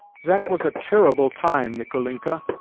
zat was a terrible time, nicolinka,